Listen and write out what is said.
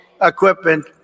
equipment